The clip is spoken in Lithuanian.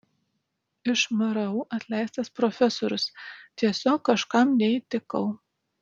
iš mru atleistas profesorius tiesiog kažkam neįtikau